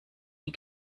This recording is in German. die